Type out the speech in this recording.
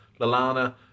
Lalana